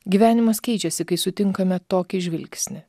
gyvenimas keičiasi kai sutinkame tokį žvilgsnį